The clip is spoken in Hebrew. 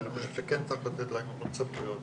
ואני חושב שכן צריך לתת להם עוד סמכויות.